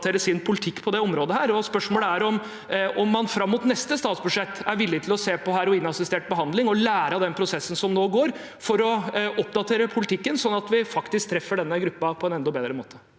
sin politikk på dette området. Spørsmålet er om man fram mot neste statsbudsjett er villig til å se på heroinassistert behandling og lære av den prosessen som nå går, for å oppdatere politikken, sånn at vi faktisk treffer denne gruppen på en enda bedre måte.